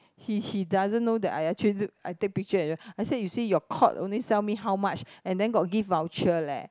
he he doesn't know that I actually I take picture I said you see your Courts only sell me how much and then got gift voucher leh